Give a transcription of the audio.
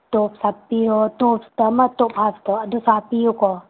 ꯇꯣꯞꯁ ꯍꯥꯞꯄꯤꯌꯣ ꯇꯣꯞꯁꯇ ꯑꯃ ꯇꯣꯞꯁ ꯍꯥꯞꯇꯣ ꯑꯗꯨꯁꯨ ꯍꯥꯞꯄꯤꯌꯨꯀꯣ